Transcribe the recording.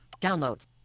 downloads